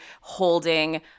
holding